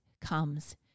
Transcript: comes